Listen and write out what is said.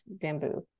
bamboo